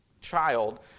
child